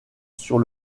sur